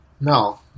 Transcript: no